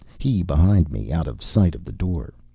he behind me out of sight of the door.